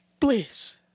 Please